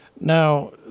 Now